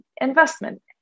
investment